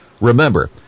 Remember